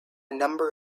number